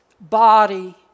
body